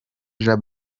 jean